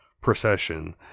procession